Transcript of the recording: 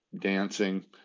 dancing